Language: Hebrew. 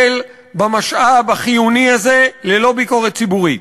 במשאב החיוני הזה ללא ביקורת ציבורית,